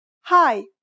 Hi